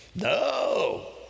No